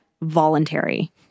voluntary